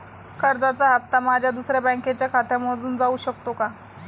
कर्जाचा हप्ता माझ्या दुसऱ्या बँकेच्या खात्यामधून जाऊ शकतो का?